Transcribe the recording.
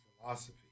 philosophy